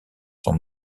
sont